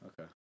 Okay